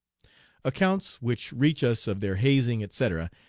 accounts which reach us of their hazing, etc,